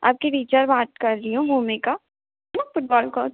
आपकी टीचर बात कर रही हूँ भूमिका फुटबॉल कोच